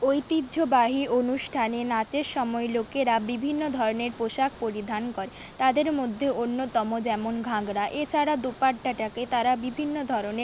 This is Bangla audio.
ঐতিহ্যবাহী অনুষ্ঠানে নাচের সময় লোকেরা বিভিন্ন ধরনের পোশাক পরিধান করে তাদের মধ্যে অন্যতম যেমন ঘাগরা এছাড়া দোপাট্টাটাকে তারা বিভিন্ন ধরনে